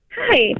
Hi